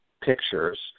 pictures